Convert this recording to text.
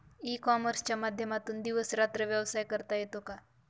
E कॉमर्सच्या माध्यमातून दिवस रात्र व्यवसाय करता येतो का?